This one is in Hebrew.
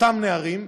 אותם נערים,